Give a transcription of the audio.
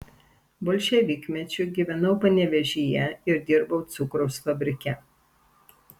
bolševikmečiu gyvenau panevėžyje ir dirbau cukraus fabrike